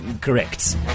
correct